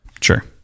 Sure